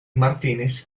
martínez